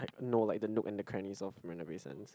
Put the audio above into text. like no like the nook and crannies of Marina-Bay-Sands